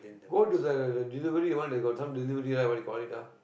go to the delivery one they got some delivery what they call it ah